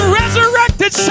resurrected